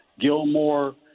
gilmore